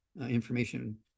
information